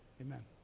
Amen